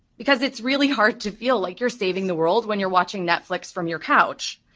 because it's really hard to feel like you're saving the world when you're watching netflix from your couch.